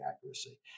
accuracy